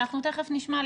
אנחנו תיכף נשמע.